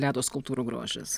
ledo skulptūrų grožis